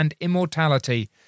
immortality